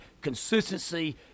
Consistency